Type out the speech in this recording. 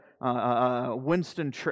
Winston